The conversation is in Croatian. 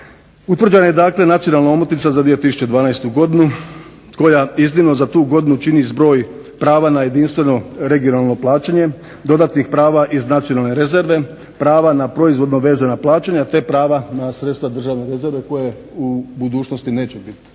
Utvrđena je dakle nacionalna omotnica za 2012. Godinu koja iznimno za tu godinu čini zbroj prava na jedinstveno regionalno plaćanje, dodatnih prava iz nacionalne rezerve, prava na proizvodno vezana plaćanja, te prava na sredstva državne rezerve koje u budućnosti neće biti